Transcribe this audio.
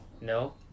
No